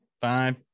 Five